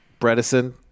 Bredesen